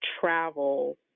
travel